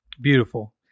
Beautiful